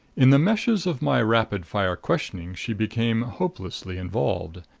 in the meshes of my rapid-fire questioning she became hopelessly involved.